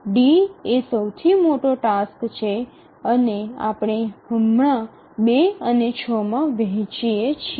D એ એક મોટો ટાસ્ક છે અને આપણે હમણાં ૨ અને ૬ માં વહેંચીએ છીએ